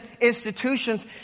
institutions